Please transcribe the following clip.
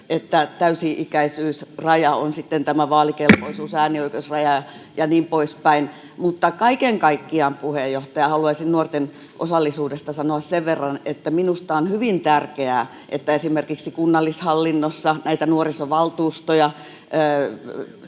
että täysi-ikäisyysraja on sitten tämä vaalikelpoisuus- ja äänioikeusraja ja niin poispäin. Mutta kaiken kaikkiaan, puheenjohtaja, haluaisin nuorten osallisuudesta sanoa sen verran, että minusta on hyvin tärkeää, että esimerkiksi kunnallishallinnossa näitä nuorisovaltuustoja